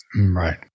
Right